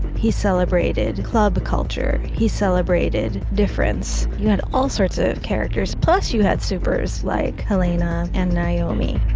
he celebrated club culture. he celebrated difference. you had all sorts of characters, plus you had supers like helena and naomi.